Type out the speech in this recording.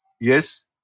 yes